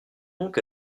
donc